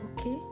okay